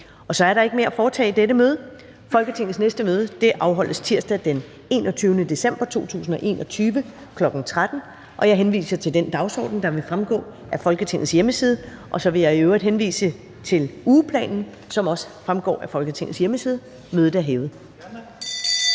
Der er ikke mere at foretage i dette møde. Folketingets næste møde afholdes tirsdag den 21. december 2021, kl. 13.00. Jeg henviser til den dagsorden, der vil fremgå af Folketingets hjemmeside, og så vil jeg i øvrigt henvise til ugeplanen, som også vil fremgå af Folketingets hjemmeside. Mødet er hævet.